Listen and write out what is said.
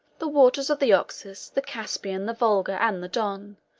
the waters of the oxus, the caspian, the volga, and the don,